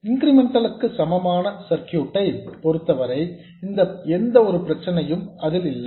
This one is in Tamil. இன்கிரிமெண்டல் க்கு சமமான சர்க்யூட் ஐ பொறுத்தவரை எந்த பிரச்சனையும் இல்லை